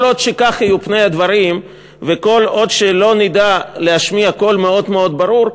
כל עוד כך יהיו פני הדברים וכל עוד לא נדע להשמיע קול מאוד מאוד ברור,